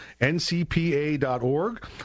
ncpa.org